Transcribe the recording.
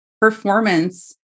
performance